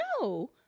No